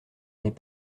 n’est